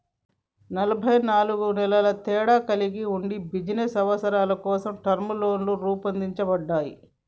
ఎనబై నాలుగు నెలల తేడా కలిగి ఉండి బిజినస్ అవసరాల కోసం టర్మ్ లోన్లు రూపొందించబడ్డాయి